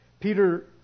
Peter